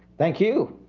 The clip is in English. thank you.